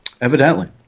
Evidently